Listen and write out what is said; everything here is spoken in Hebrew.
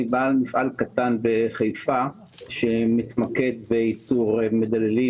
ואני בעל מפעל קטן בחיפה שמתמקד בייצור מדללים,